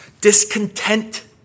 Discontent